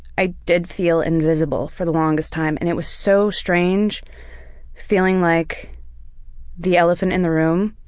i did feel invisible for the longest time, and it was so strange feeling like the elephant in the room,